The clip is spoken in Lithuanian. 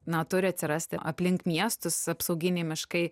na turi atsirasti aplink miestus apsauginiai miškai